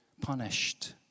punished